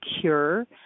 cure